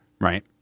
right